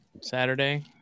Saturday